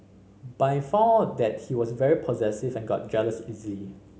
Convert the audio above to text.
but I found out that he was very possessive and got jealous easily